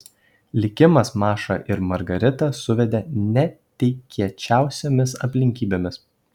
likimas mašą ir margaritą suveda netikėčiausiomis aplinkybėmis